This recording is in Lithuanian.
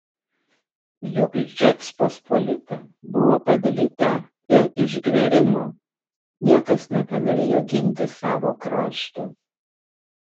juk žečpospolita buvo padalyta dėl išgverimo niekas nebenorėjo ginti savo krašto